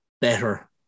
better